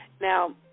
Now